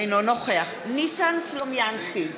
אינו נוכח ניסן סלומינסקי,